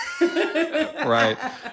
right